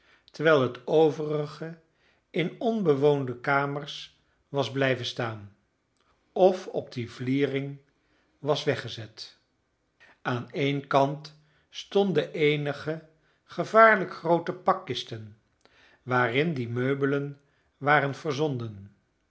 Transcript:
terwijl het overige in onbewoonde kamers was blijven staan of op die vliering was weggezet aan een kant stonden eenige gevaarlijk groote pakkisten waarin die meubelen waren verzonden